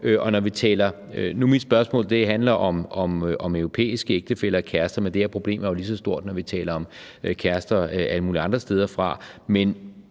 mit spørgsmål om europæiske ægtefæller og kærester, men det her problem er jo lige så stort, når vi taler om kærester alle mulige andre steder fra,